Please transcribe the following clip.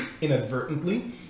inadvertently